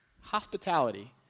Hospitality